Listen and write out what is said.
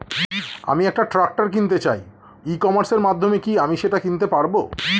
আমি একটা ট্রাক্টর কিনতে চাই ই কমার্সের মাধ্যমে কি আমি সেটা কিনতে পারব?